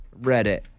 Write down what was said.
reddit